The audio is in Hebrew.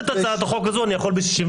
אבל לשנות את הצעת החוק הזו אני יכול ב-61.